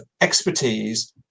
expertise